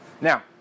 Now